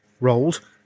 rolled